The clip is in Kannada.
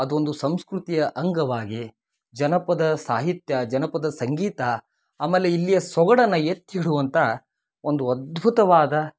ಅದೊಂದು ಸಂಸ್ಕೃತಿಯ ಅಂಗವಾಗಿ ಜನಪದ ಸಾಹಿತ್ಯ ಜನಪದ ಸಂಗೀತ ಆಮೇಲೆ ಇಲ್ಲಿಯ ಸೊಗಡನ್ನು ಎತ್ತಿ ಹಿಡಿವಂಥ ಒಂದು ಅಧ್ಬುತವಾದ